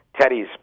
Teddy's